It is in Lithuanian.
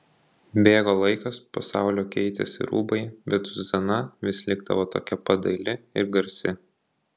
bėgo laikas pasaulio keitėsi rūbai bet zuzana vis likdavo tokia pat daili ir garsi